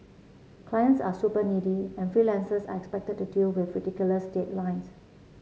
clients are super needy and freelancers are expected to deal with ridiculous deadlines